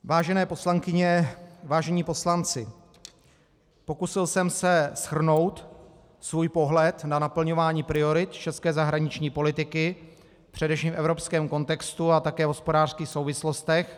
Vážené poslankyně, vážení poslanci, pokusil jsem se shrnout svůj pohled na naplňování priorit české zahraniční politiky především v evropském kontextu, ale také v hospodářských souvislostech.